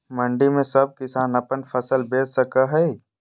मंडी में सब किसान अपन फसल बेच सको है?